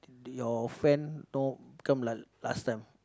your friend know become like last time